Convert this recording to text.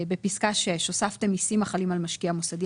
בפסקה (6) הוספתם מיסים החלים על משקיע מוסדי,